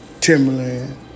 Timberland